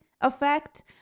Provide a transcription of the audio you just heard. effect